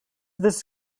this